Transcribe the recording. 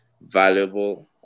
valuable